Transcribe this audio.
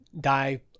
die